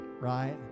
right